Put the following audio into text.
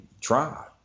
try